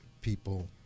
people